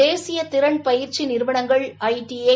தேசிய திறன் பயிற்சி நிறுவனங்கள் ஐடிஐ